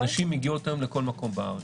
נשים מגיעות היום לכל מקום הארץ.